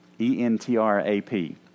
E-N-T-R-A-P